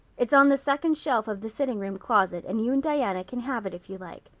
it's on the second shelf of the sitting-room closet and you and diana can have it if you like,